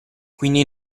quindi